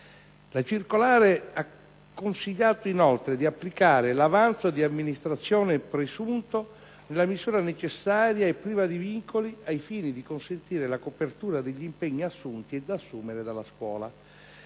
La circolare ha consigliato inoltre di applicare l'avanzo di amministrazione presunto nella misura necessaria e priva di vincoli al fine di consentire la copertura degli impegni assunti e da assumere dalla scuola.